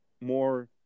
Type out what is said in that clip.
more